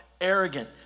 arrogant